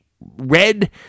red –